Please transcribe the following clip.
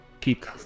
keep